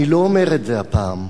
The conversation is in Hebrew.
אני לא אומר את זה הפעם.